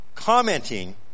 commenting